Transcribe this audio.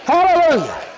Hallelujah